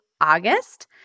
August